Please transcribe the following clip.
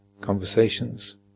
conversations